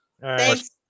Thanks